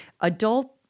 adult